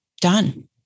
done